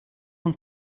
von